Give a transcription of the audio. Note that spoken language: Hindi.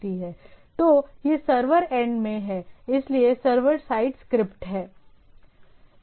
तो यह सर्वर एंड में है इसलिए सर्वर साइड स्क्रिप्ट है